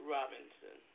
Robinson